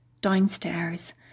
Downstairs